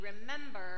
remember